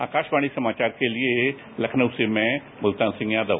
आकाशवाणी समाचार के लिए लखनऊ से मैं मुल्तान सिंह यादव